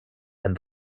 and